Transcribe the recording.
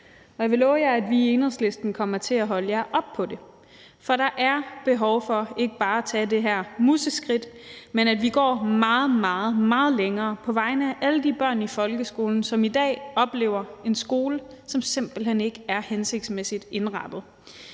og jeg vil love jer, at vi i Enhedslisten kommer til at holde jer op på det. For der er behov for ikke bare at tage det her museskridt, men at vi går meget, meget længere på vegne af alle de børn i folkeskolen, som i dag oplever en skole, som simpelt hen ikke er hensigtsmæssigt indrettet.